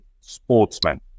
sportsman